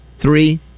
Three